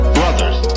brothers